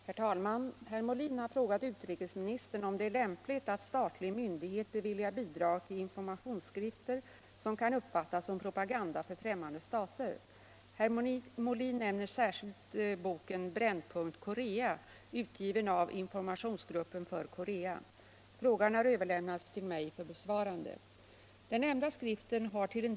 Herr talman! Herr Molin har frågat utrikesministern om det är lämpligt att statlig myndighet beviljar bidrag till informationsskrifter som kan uppfattas som propaganda för främmande stater. Herr Molin nämner särskilt boken Brännpunkt Korea, utgiven av Informationsgruppen för Korea. Frågan har överlämnats till mig för besvarande.